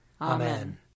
Amen